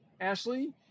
Ashley